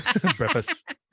Breakfast